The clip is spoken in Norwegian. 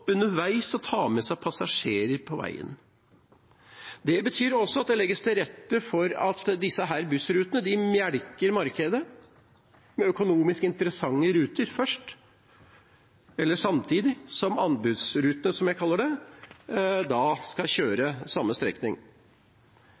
underveis og ta med seg passasjerer på veien. Det betyr også at det legges til rette for at disse bussrutene melker markedet med økonomisk interessante ruter, samtidig som anbudsrutene, som jeg kaller det, skal kjøre